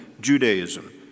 Judaism